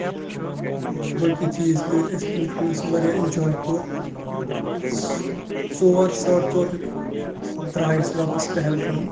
باقٕے چیٖزکٔر اَسہِ پنٕنٮ۪ن فرینٛڈن سۭتۍ واریاہ اینجاے کوٚر ژور ساڈٕ ژور ہیوو درٛاے أسۍ واپس پہلگام